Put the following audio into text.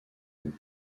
coût